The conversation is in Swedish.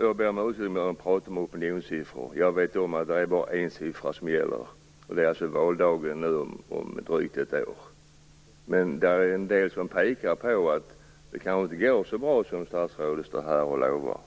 Jag ber om ursäkt för att jag talat om opinionssiffror. Jag vet att det bara är en siffra som gäller, det är resultatet på valdagen om drygt ett år. Men det finns en del saker som pekar på att det kanske inte går så bra som statsrådet står här och lovar.